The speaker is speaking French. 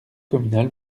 communale